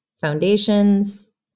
foundations